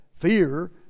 Fear